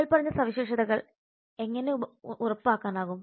മേൽപ്പറഞ്ഞ സവിശേഷതകൾ എങ്ങനെ ഉറപ്പാക്കാനാകും